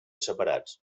separats